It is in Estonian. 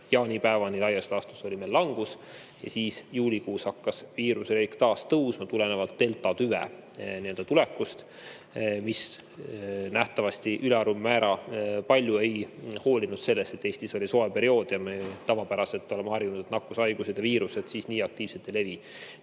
jaanipäevani laias laastus olime languses ja siis juulikuus hakkas viiruse levik taas tõusma tulenevalt deltatüve tulekust. Nähtavasti delta ülemäära palju ei hoolinud sellest, et Eestis oli soe periood ja me tavapäraselt oleme harjunud, et nakkushaigused ja viirused siis nii aktiivselt ei levi.